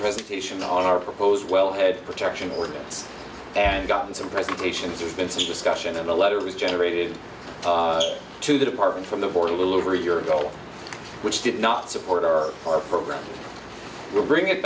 preservation our proposed wellhead protection ordinance and gotten some presentations there's been some discussion and a letter was generated to the department from the board a little over a year ago which did not support our our program to bring it